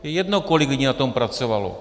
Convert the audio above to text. Je jedno, kolik lidí na tom pracovalo.